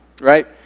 right